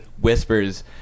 whispers